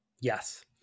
Yes